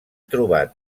trobat